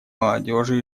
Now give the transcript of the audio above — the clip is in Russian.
молодежи